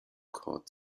court